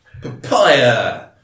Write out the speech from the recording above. Papaya